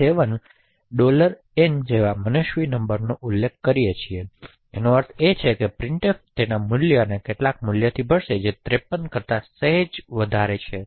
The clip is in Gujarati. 7n જેવા મનસ્વી નંબરનો ઉલ્લેખ કરીએ છીએ તો આનો અર્થ એ છે કે પ્રિંટફ એનાં મૂલ્યને કેટલાક મૂલ્યથી ભરશે જે 53 કરતા સહેજ વધારે છે